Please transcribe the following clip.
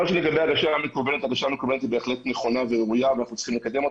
לגבי ההגשה המקוונת היא בהחלט נכונה וראויה וצריך לקדם אותה.